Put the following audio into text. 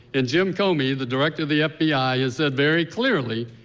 and jim comey, the director of the fbi said very clearly,